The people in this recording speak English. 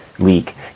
leak